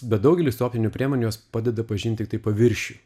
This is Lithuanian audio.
bet daugelis optinių priemonių jos padeda pažint tiktai paviršių